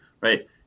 Right